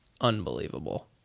unbelievable